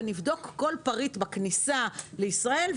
ונבדוק כל פריט בכניסה לישראל,